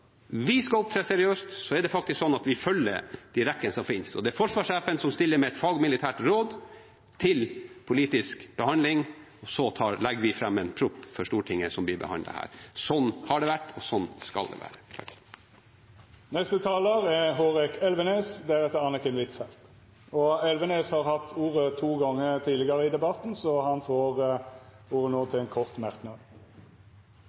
vi skal opptre seriøst, er det faktisk sånn at vi følger rekkene. Det er forsvarssjefen som stiller med et fagmilitært råd til politisk behandling, og så legger vi fram en proposisjon for Stortinget som blir behandlet her. Sånn har det vært, og sånn skal det være. Representanten Hårek Elvenes har hatt ordet to gonger tidlegare og får ordet